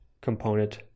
component